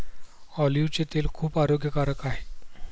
ऑलिव्हचे तेल खूप आरोग्यकारक आहे